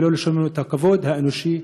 ולא לשלול ממנו את הכבוד האנושי,